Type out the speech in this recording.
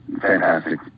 fantastic